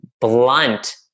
blunt